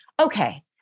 okay